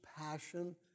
passion